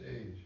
age